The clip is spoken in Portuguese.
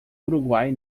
uruguai